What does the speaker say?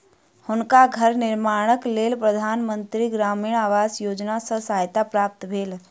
हुनका घर निर्माणक लेल प्रधान मंत्री ग्रामीण आवास योजना सॅ सहायता प्राप्त भेल